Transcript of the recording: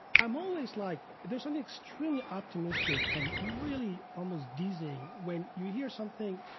i'm always like there's something extremely optimistic and really almost dizzying when you hear something,